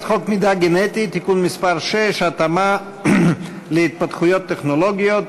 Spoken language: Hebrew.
מידע גנטי (תיקון מס' 6) (התאמה להתפתחויות טכנולוגיות),